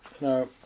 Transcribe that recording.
now